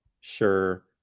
sure